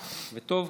וטוב,